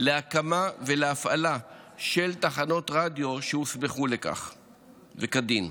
להקמה ולהפעלה של תחנות רדיו והוסמכו לכך כדין.